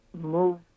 move